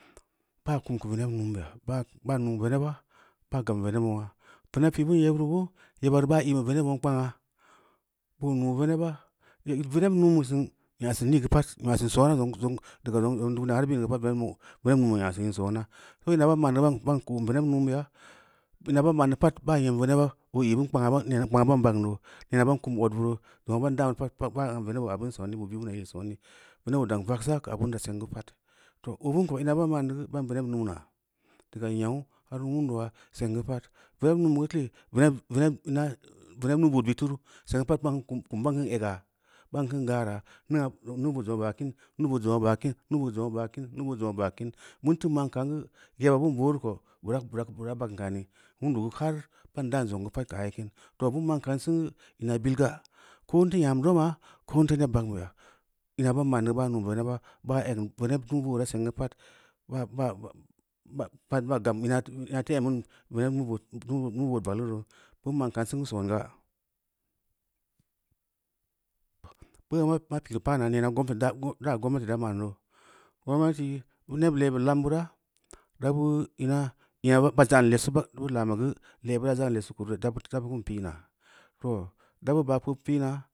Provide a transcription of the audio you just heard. Ba kum keu veneb muun beya, baa nuu veneba, ba gabm veneb nuengna, veneb pi, bin yebureu boo yeba reu baa o’ bu veneb mung kpangna, boo nuu veneba, veneb nuun beu sin, nya sin nil geu pad ma sin soona zong duniya ni har bineu geu pad veneb nuuong nya sin in soona, beu ina ba man neu baa ko’n veneb nuun beya, ina baa ma’n neu pad baa nyem veneba, oo i’ bin kpangna, neena, kpangna bam bagn noo, neena bam kum odbu roo, zongn ban daa bureu pad ban veneb oo a’ bin sooni, oo bi bina yil sooni, veneb oo dang vagsa keu obina seng pad. Too obin ko ina ban mo’n neu geu ban veneb muuna, diga ngau, har nuundaa seng geu pad. Veneb nuun beu geu ti, veneb mu-bood bid turu, seng geu pad kum ban kin ega, ban kin gara, nuu-bood zongna baa kin, nuu-bood zongna baa kin, nuu-bood zongna baa kina nuu-bood zongna baa kim, buntu ma’n kam geu yeba bin booru veu ko bura bagn kaani. Wundu har ban dan zong geu pad kaye kim, too, bin ma’n kam sengu ina bilga. Ko n teu nyam dama, ko n teu neb bagn beya ina ban ma’n neu ban nuun veneba baa egn veneb nuu-boora seng geu pad. Pad baa gab ina teu embin veneb nuu-bood bageulu roo bum ma’n kansin geu songa. Beu maa pireu paana neena gomnati da ma’n noo, gomnati bu neb le bee lam bira, bura bu ina ina ba za’ lesu ba bu lami geu le bureu za’n geu lesu kunu reu dabu kun pina too dabu ba’ kpob opina